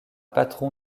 patron